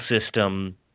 system